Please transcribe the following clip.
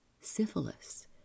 syphilis